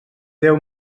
déu